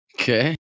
Okay